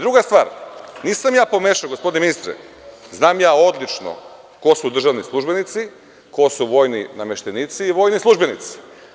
Druga stvar, nisam ja pomešao, gospodine ministre, znam odlično ko su državni službenici, ko su vojni nameštenici i vojni službenici.